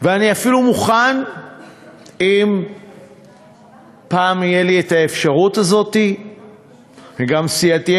ואני אפילו מוכן אם פעם תהיה לי האפשרות הזאת וגם סיעתי,